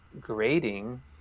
grading